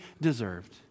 deserved